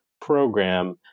program